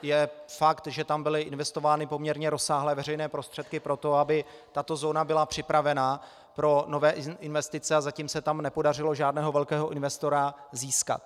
Je fakt, že tam byly investovány poměrně rozsáhlé veřejné prostředky pro to, aby tato zóna byla připravena na nové investice, a zatím se tam nepodařilo žádného velkého investora získat.